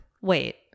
Wait